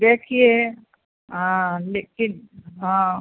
देखिए लेकिन हाँ